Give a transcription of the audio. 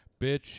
Bitch